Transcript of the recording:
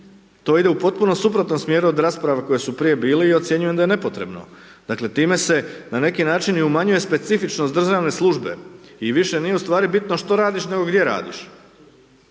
to ide u potpuno suprotnom smjeru od rasprava koje su prije bili i ocjenjujem da je nepotrebno. Dakle, time se, na neki način i umanjuje specifičnost državne službe i više nije ustvari bitno što radiš, nego gdje radiš.